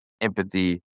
empathy